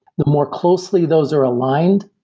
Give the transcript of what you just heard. the more closely those are aligned,